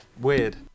weird